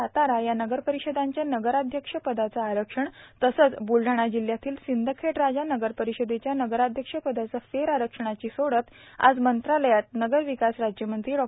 सातारा या नगरपरिषदांच्या नगराध्यक्ष पदाचे आरक्षण तसेच ब्लढाणा जिल्ह्यातील सिंदखेडराजा नगरपरिषदेच्या नगराध्यक्ष पदाचे फेर आरक्षणाची सोडत आज मंत्रालयात नगर विकास राज्यमंत्री डॉ